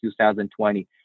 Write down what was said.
2020